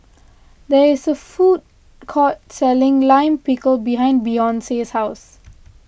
there is a food court selling Lime Pickle behind Beyonce's house